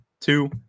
two